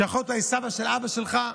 שיכול להיות סבא של אבא שלך,